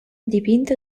dipinto